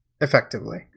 effectively